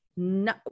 no